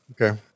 Okay